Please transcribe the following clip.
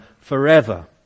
forever